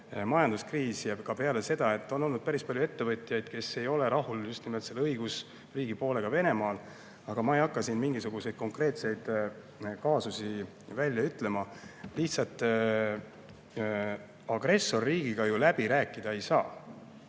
majanduskriis, ja ka peale seda on olnud päris palju ettevõtjaid, kes ei ole rahul just nimelt sellega, et Venemaa ei ole õigusriik. Aga ma ei hakka siin mingisuguseid konkreetseid kaasusi välja ütlema. Lihtsalt agressorriigiga ju läbi rääkida ei saa.